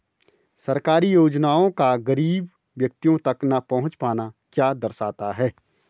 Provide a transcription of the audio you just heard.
सरकारी योजनाओं का गरीब व्यक्तियों तक न पहुँच पाना क्या दर्शाता है?